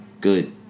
good